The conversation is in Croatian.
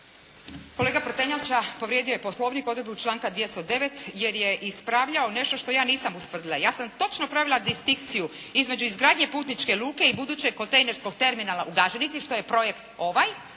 Kolega Prtenjača povrijedio je Poslovnik, odredbu članka 209. jer je ispravljao nešto što ja nisam ustvrdila. Ja sam točno pravila distinkciju između izgradnje putničke luke i budućeg kontejnerskog terminala u "Gaženici" što je projekt ovaj,